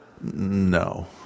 no